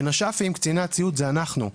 בנש"פים קציני הציות זה אנחנו.